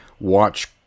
watch